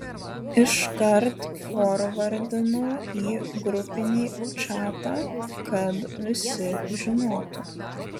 iškart forvardinau į grupinį čatą kad visi žinotų